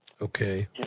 Okay